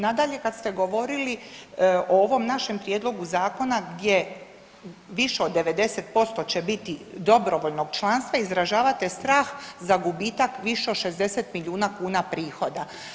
Nadalje kad ste govorili o ovom našem prijedlogu zakona gdje više od 90% će biti dobrovoljnog članstva izražavate strah za gubitak više od 60 milijuna kuna prihoda.